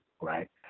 right